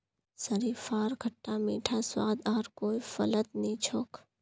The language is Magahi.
शरीफार खट्टा मीठा स्वाद आर कोई फलत नी छोक